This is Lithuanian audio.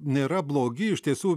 nėra blogi iš tiesų